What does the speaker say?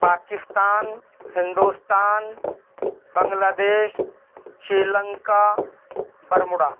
Pakistan Hindustan Bangladesh Sri Lanka Bermuda